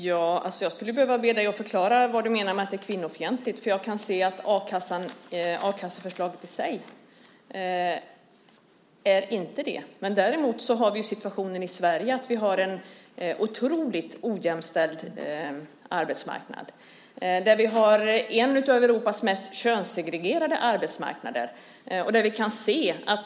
Herr talman! Jag skulle behöva be Patrik Björck förklara vad han menar med att förslaget är kvinnofientligt, för a-kasseförslaget i sig är inte det. Däremot har vi en situation i Sverige med en mycket ojämställd arbetsmarknad. Vi har en av Europas mest könssegregerade arbetsmarknader.